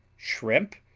shrimp,